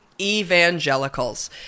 evangelicals